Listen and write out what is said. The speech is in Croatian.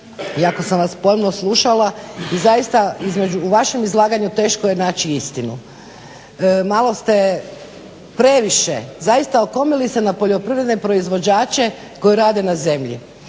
jako sam vas pomno slušala i zaista u vašem izlaganju teško je naći istinu. Malo ste previše zaista okomili se na poljoprivredne proizvođače koji rade na zemlji.